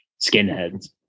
skinheads